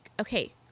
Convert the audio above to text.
okay